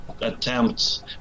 attempts